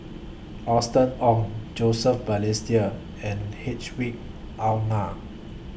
Austen Ong Joseph Balestier and Hedwig Anuar